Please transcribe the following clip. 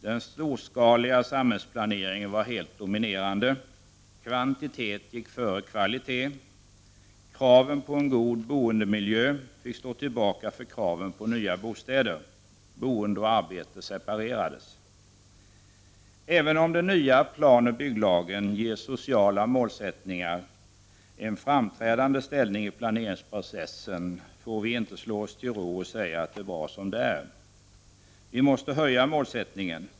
Den storskaliga samhällsplaneringen var helt dominerande. Kvantitet gick före kvalitet. Kraven på en god boendemiljö fick stå tillbaka för kraven på nya bostäder. Boende och arbete separerades. Även om den nya planoch bygglagen ger sociala målsättningar en framträdande ställning i planeringsprocessen, får vi inte slå oss till ro och säga att det är bra som det är. Vi måste höja målsättningen.